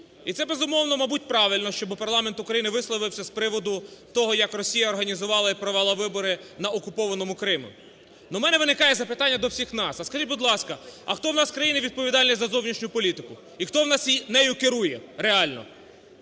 І це, безумовно, мабуть правильно, щоб парламент України висловився з приводу того, як Росія організувала і провела вибори на окупованому Криму. В мене виникає запитання до всіх нас, скажіть, будь ласка, хто у нас в країні відповідальний за зовнішню політику і хто нею керує реально?